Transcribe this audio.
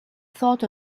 thought